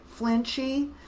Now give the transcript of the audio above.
flinchy